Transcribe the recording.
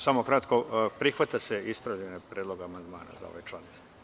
Samo kratko, prihvata se ispravljeni predlog amandmana za ovaj član.